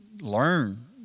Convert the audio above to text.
learn